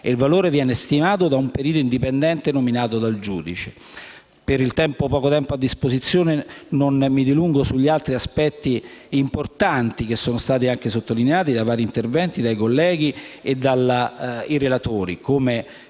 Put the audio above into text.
bene, che viene stimato da un perito indipendente, nominato dal giudice. Per il poco tempo a disposizione non mi dilungherò su altri aspetti importanti, che però sono stati sottolineati da vari interventi dei colleghi e dei relatori.